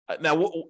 Now